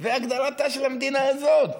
והגדרתה של המדינה הזאת,